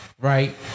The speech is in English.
Right